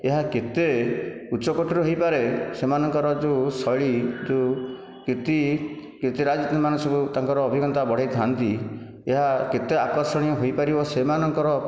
ଏହା କେତେ ଉଚ୍ଚ କୋଟିର ହୋଇପାରେ ସେମାନଙ୍କର ଯେଉଁ ଶୈଳୀ ଯେଉଁ କୀର୍ତ୍ତି କୀର୍ତ୍ତିରାଜ ମାନେ ସବୁ ତାଙ୍କର ଅଭିଜ୍ଞାତା ବଢ଼େଇ ଥାଆନ୍ତି ଏହା କେତେ ଆକର୍ଷଣୀୟ ହୋଇପାରିବ ସେମାନଙ୍କର